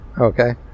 Okay